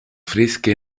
fresche